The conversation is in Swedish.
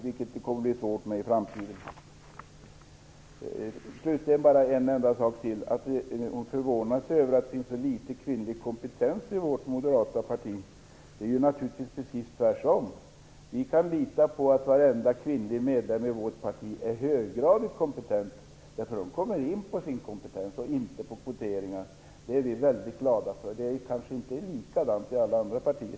Det kommer att bli svårt i framtiden. Ewa Larsson förvånas över att det finns så litet kvinnlig kompetens i vårt moderata parti. Det är naturligtvis precis tvärtom. Vi kan lita på att varenda kvinnlig medlem i vårt parti är höggradigt kompetent. De kommer in på sin kompetens och inte på kvoteringar. Det är vi väldigt glada för. Det är kanske inte likadant i alla andra partier.